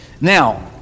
Now